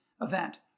event